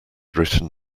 written